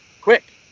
quick